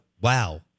wow